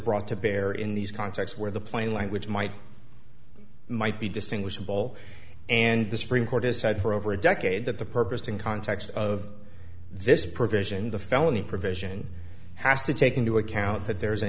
brought to bear in these contexts where the plain language might might be distinguishable and the supreme court has said for over a decade that the purpose in context of this provision the felony provision has to take into account that there's a